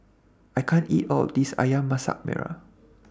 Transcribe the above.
I can't eat All of This Ayam Masak Merah